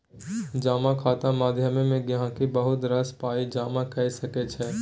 जमा खाता माध्यमे गहिंकी बहुत रास पाइ जमा कए सकै छै